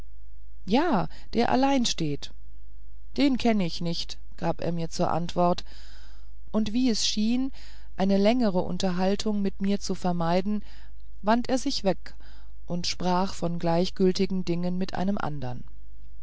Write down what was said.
ja der allein steht den kenn ich nicht gab er mir zur antwort und wie es schien eine längere unterhaltung mit mir zu vermeiden wandt er sich weg und sprach von gleichgültigen dingen mit einem andern